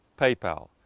PayPal